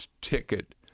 ticket